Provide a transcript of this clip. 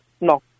no